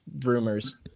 rumors